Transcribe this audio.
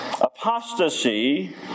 Apostasy